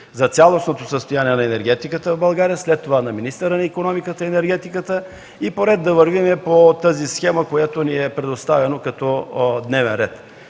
за цялостното състояние на енергетиката в България, след това министърът на икономиката и енергетиката и да вървим по схемата, която ни е предоставена като дневен ред.